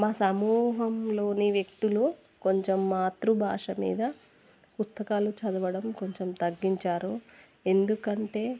మా సమూహంలోని వ్యక్తులు కొంచెం మాతృభాష మీద పుస్తకాలు చదవడం కొంచెం తగ్గించారు ఎందుకంటే